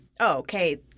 okay